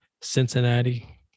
Cincinnati